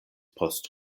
post